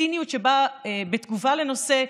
הציניות שבאה בתגובה לנושא,